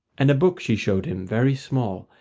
and a book she showed him, very small,